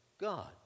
God